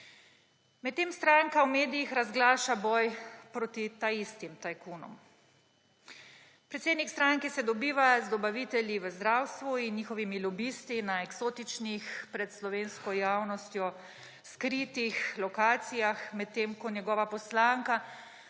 Medtem stranka v medijih razglaša boj proti taistim tajkunom. Predsednik stranke se dobiva z dobavitelji v zdravstvu in njihovimi lobisti na eksotičnih, pred slovensko javnostjo skritih lokacijah, medtem ko njegova poslanka v